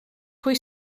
pwy